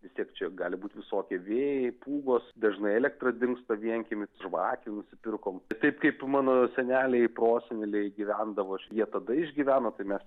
vis tiek čia gali būt visokie vėjai pūgos dažnai elektra dingsta vienkiemy žvakių nusipirkom taip kaip mano seneliai proseneliai gyvendavo jie tada išgyveno tai mes